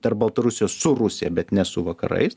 tarp baltarusijos su rusija bet ne su vakarais